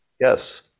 Yes